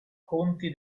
conti